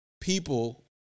people